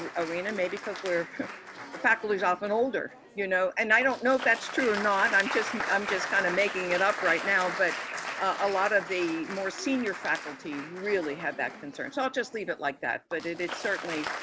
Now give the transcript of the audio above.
ah arena, maybe because we're the faculty is often older, you know, and i don't know if that's true or not. i'm just, i'm just kind of making it up right now. but a lot of the more senior faculty really have that concern. so i'll just leave it like that, but it it certainly